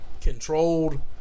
controlled